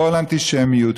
כל אנטישמיות,